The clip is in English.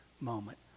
moment